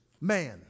man